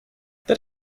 that